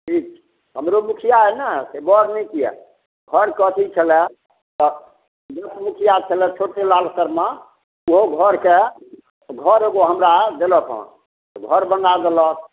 ठीक छै हमरो मुखिआ हइ ने से बड़ नीक यऽ घर कऽ अथी छलै तऽ नीक मुखिआ छलै छोटे लाल शरमा सेहो घरके घर एगो हमरा देलक हँ घर बना देलक